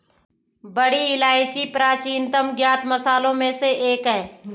बड़ी इलायची प्राचीनतम ज्ञात मसालों में से एक है